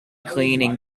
cleaning